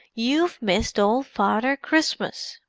you've missed ole father christmas!